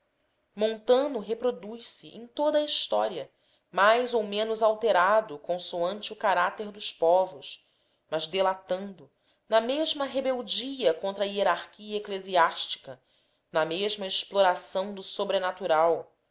montano reproduz-se em toda a história mais ou menos alterado consoante o caráter dos povos mas delatando na mesma rebeldia contra a hierarquia eclesiástica na mesma exploração do sobrenatural